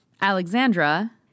Alexandra